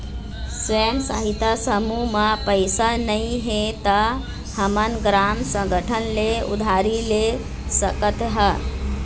स्व सहायता समूह म पइसा नइ हे त हमन ग्राम संगठन ले उधारी ले सकत हन